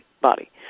body